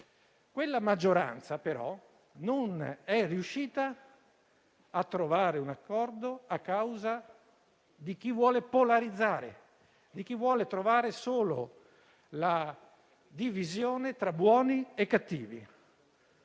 Quella maggioranza, però, non è riuscita a trovare un accordo a causa di chi vuole polarizzare, di chi vuole trovare solo la divisione tra buoni e cattivi.